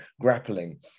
grappling